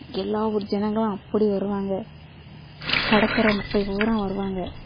எல்லா ஊர் ஜனங்களும் அப்படி வருவாங்க கடற்கரை மக்கள் பூராக வருவாங்க